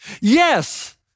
Yes